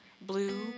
blue